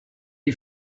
you